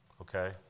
okay